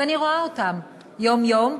ואני רואה אותם יום-יום,